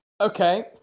Okay